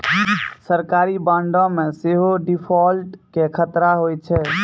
सरकारी बांडो मे सेहो डिफ़ॉल्ट के खतरा होय छै